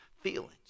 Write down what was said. feelings